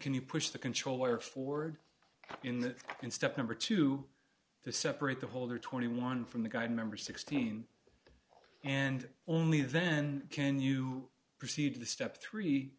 can you push the controller forward in the in step number two to separate the holder twenty one from the guide member sixteen and only then can you proceed to step three